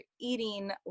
eating